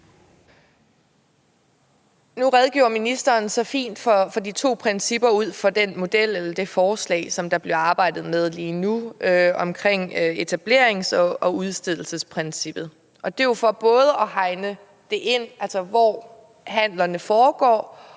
Nu redegjorde ministeren så fint for de to principper ud fra det forslag, der bliver arbejdet med lige nu med etablerings og udstedelsesprincippet. Det er jo for at hegne ind, både hvor handlerne foregår,